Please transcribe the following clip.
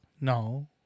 No